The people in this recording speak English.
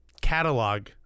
catalog